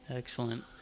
excellent